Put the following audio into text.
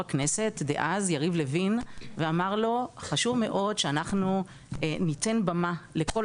הכנסת דאז יריב לוין ואמר לו 'חשוב מאוד שאנחנו ניתן במה לכל